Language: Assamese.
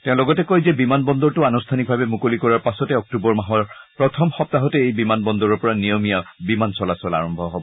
তেওঁ লগতে কয় যে বিমান বন্দৰটো আনুষ্ঠানিকভাৱে মুকলি কৰাৰ পাছতে অক্টোবৰ মাহৰ প্ৰথম সপ্তাহতে এই বিমান বন্দৰৰ পৰা নিয়মীয়া বিমান চলাচল আৰম্ভ হ'ব